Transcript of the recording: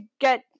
get